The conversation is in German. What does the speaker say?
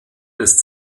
des